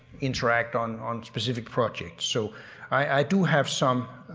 interact on on specific projects so i do have some.